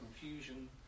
confusion